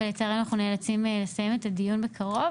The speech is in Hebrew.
ולצערי אנחנו נאלצים לסיים את הדיון בקרוב.